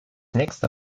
nächster